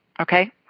Okay